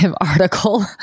article